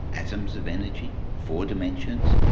atoms of energy, four dimensions,